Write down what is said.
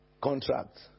contract